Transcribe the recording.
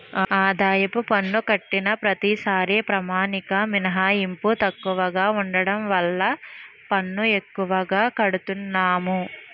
ఆదాయపు పన్ను కట్టిన ప్రతిసారీ ప్రామాణిక మినహాయింపు తక్కువగా ఉండడం వల్ల పన్ను ఎక్కువగా కడతన్నాము